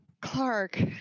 Clark